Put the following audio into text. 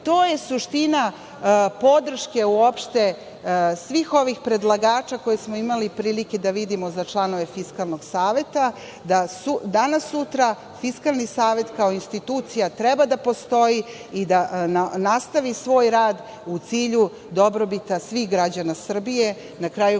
je suština podrške uopšte svih ovih predlagača koje smo imali prilike da vidimo za članove Fiskalnog saveta. Danas, sutra Fiskalni savet kao institucija treba da postoji i da nastavi svoj rad u cilju dobrobiti svih građana Srbije. Na kraju krajeva